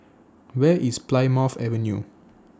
Where IS Plymouth Avenue